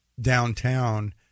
downtown